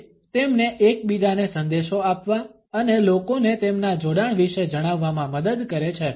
તે તેમને એકબીજાને સંદેશો આપવા અને લોકોને તેમના જોડાણ વિશે જણાવવામાં મદદ કરે છે